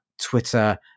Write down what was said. Twitter